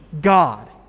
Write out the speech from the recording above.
God